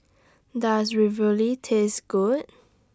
Does Ravioli Taste Good